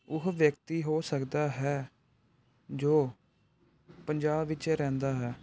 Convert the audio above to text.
ਉਹ ਵਿਅਕਤੀ ਹੋ ਸਕਦਾ ਹੈ ਜੋ ਪੰਜਾਬ ਵਿੱਚ ਰਹਿੰਦਾ ਹੈ